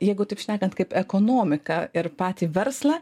jeigu taip šnekant kaip ekonomiką ir patį verslą